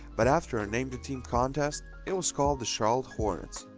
but after a name the team contest it was called the charlotte hornets.